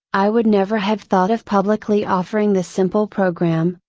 i would never have thought of publicly offering the simple program,